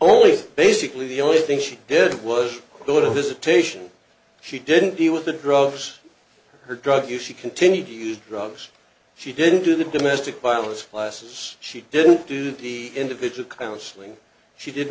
only basically the only thing she did was go to visitation she didn't deal with the drugs her drug use she continued to use drugs she didn't do the domestic violence classes she didn't do the individual counseling she did